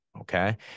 Okay